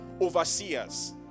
overseers